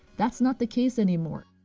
that's not the case anymore.